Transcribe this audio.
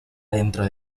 dentro